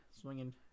Swinging